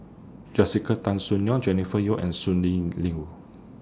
Jessica Tan Soon Neo Jennifer Yeo and Sonny Liew